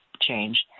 change